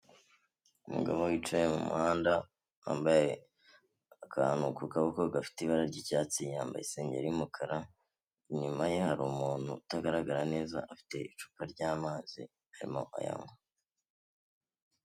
Umugabo wicaye mu muhanda, wambaye akantu ku kaboko gafite ibara ry'icyatsi, yambaye isengeri y'umukara, inyuma ye hari umuntu utagaragara neza, afite icupa ry'amazi, arimo ayanywa.